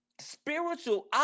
spiritual